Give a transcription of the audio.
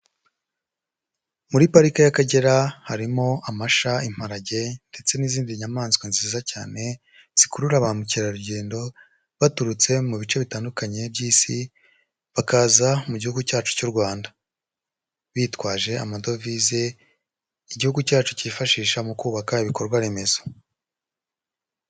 Muri parike y'Akagera harimo amasha, imparage ndetse n'izindi nyamaswa nziza cyane zikurura ba mukerarugendo baturutse mu bice bitandukanye by'isi, bakaza mu gihugu cyacu cy'u Rwanda bitwaje amadovize igihugu cyacu cyifashisha mu kubaka ibikorwa remezo.